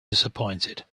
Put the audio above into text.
disappointed